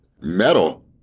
metal